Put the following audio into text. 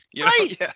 Right